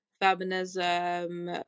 feminism